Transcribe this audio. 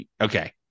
okay